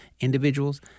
individuals